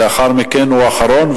הוא האחרון.